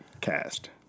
cast